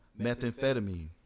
methamphetamine